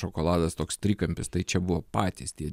šokoladas toks trikampis tai čia buvo patys tie